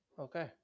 Okay